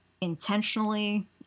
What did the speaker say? intentionally